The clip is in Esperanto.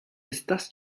estas